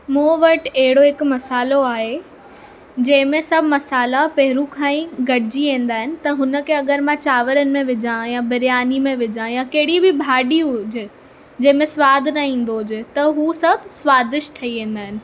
मूं वटि अहिड़ो हिकु मसालो आहे जंहिंमें सभु मसाला पहरियों खां ई गॾजी ईंदा आहिनि त हुन खे अगरि मां चांवरनि में विझा या बिरयानी में विझा या कहिड़ी बि भाॼी हुजे जंहिंमे सवाद न ईंदो हुजे त उहे सभु स्वादिष्ट ठही वेंदा आहिनि